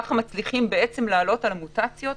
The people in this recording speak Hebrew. ככה בעצם מצליחים לעלות על המוטציות.